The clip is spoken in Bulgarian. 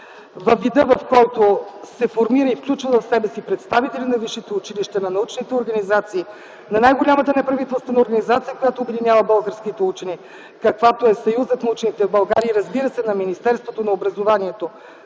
във вида, в който се формира и включва в себе си представители на висшите училища, на научните организации, на най-голямата неправителствена организация, която обединява българските учени, каквато е Съюзът на учените в България, и разбира се – на Министерството на образованието,